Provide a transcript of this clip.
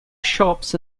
shops